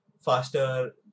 faster